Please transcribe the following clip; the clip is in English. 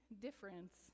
difference